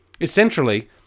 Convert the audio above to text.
Essentially